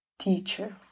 teacher